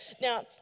Now